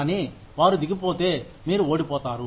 కానీ వారు దిగిపోతే మీరు ఓడిపోతారు